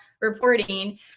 reporting